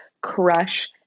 crush